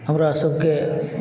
हमरा सबके